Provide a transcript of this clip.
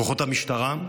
כוחות המשטרה,